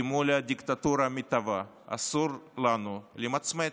כי מול לדיקטטורה המתהווה אסור לנו למצמץ.